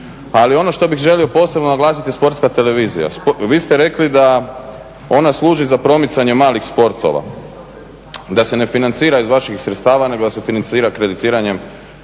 Ali ono što bih želio posebno naglasiti, sportska televizija. Vi ste rekli da ona služi za promicanje malih sportova, da se ne financira iz vaših sredstva nego da se financira kreditiranjem